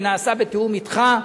ונעשתה בתיאום אתך,